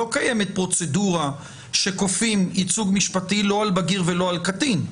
לא קיימת פרוצדורה שכופים ייצוג משפטי לא על בגיר ולא על קטין.